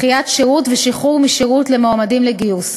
דחיית שירות ושחרור משירות למועמדים לגיוס.